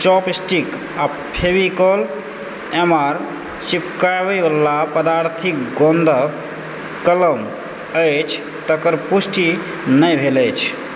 chopstick आ फेविकॉल एम्हर चिपकाबै वाला पदार्थ गोंदक कलम अछि तकर पुष्टि नहि भेल अछि